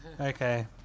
Okay